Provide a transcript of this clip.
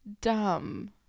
dumb